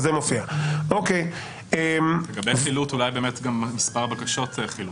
לגבי חילוט גם מספר בקשות חילוט,